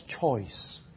choice